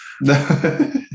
No